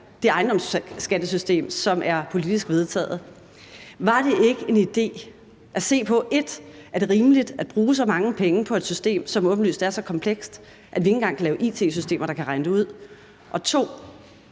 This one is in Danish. det ejendomsskattesystem, som er politisk vedtaget. Var det ikke en idé at se på, 1) om det er rimeligt at bruge så mange penge på et system, som åbenlyst er så komplekst, at vi ikke engang kan lave it-systemer, der kan regne det ud, og 2)